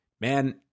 man